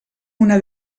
una